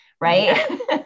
right